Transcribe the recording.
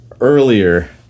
earlier